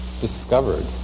discovered